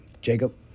jacob